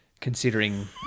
Considering